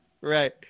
Right